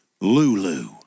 Lulu